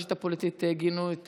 הקשת הפוליטית גינו את